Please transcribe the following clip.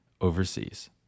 overseas